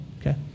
okay